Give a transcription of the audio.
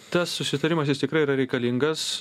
tas susitarimas jis tikrai yra reikalingas